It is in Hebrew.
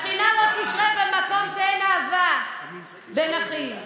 השכינה לא תשרה במקום שאין בו אהבה בין אחים.